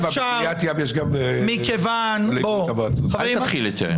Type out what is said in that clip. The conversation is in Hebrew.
בקרית ים יש --- אל תתחיל איתי היום.